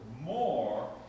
more